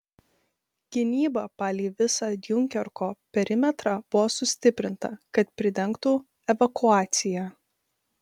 gynyba palei visą diunkerko perimetrą buvo sustiprinta kad pridengtų evakuaciją